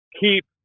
keep